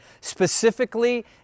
specifically